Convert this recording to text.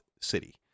City